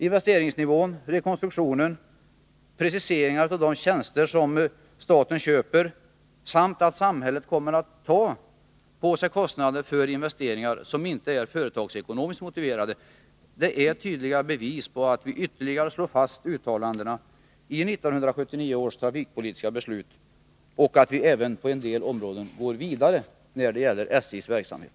Investeringsnivån, rekonstruktionen, preciseringarna av de tjänster som staten köper samt försäkran att samhället kommer att ta på sig kostnader för investeringar som inte är företagsekonomiskt motiverade är tydliga bevis på att vi än en gång slår fast uttalandena i 1979 års trafikpolitiska beslut och att vi på en del områden går vidare när det gäller SJ:s verksamhet.